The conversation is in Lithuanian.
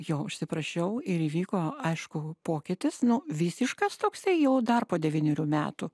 jo užsiprašiau ir įvyko aišku pokytis nu visiškas toksai jau dar po devynerių metų